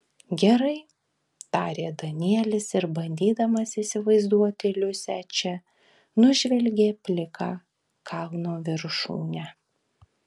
gerai tarė danielis ir bandydamas įsivaizduoti liusę čia nužvelgė pliką kalno viršūnę